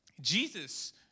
Jesus